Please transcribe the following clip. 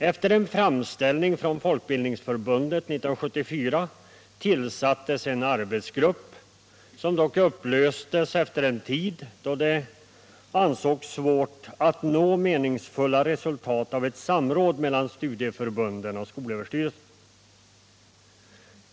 Efter en framställning från Folkbildningsförbundet 1974 tillsattes en arbetsgrupp, som dock upplöstes efter en tid då det ansågs svårt att nå meningsfulla resultat av ett samråd mellan studieförbunden och SÖ.